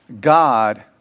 God